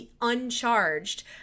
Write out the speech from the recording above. uncharged